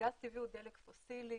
גז טבעי הוא דלק פוסילי